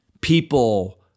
people